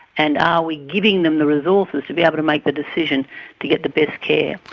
and are we giving them the resources to be able to make the decision to get the best care.